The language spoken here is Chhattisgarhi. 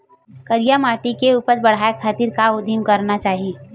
करिया माटी के उपज बढ़ाये खातिर का उदिम करना चाही?